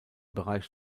bereich